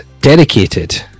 dedicated